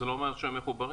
זה לא אומר שהם מחוברים.